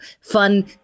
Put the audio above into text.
fun